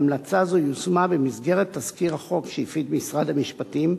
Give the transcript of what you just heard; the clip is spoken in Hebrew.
והמלצה זו יושמה במסגרת תזכיר החוק שהפיק משרד המשפטים,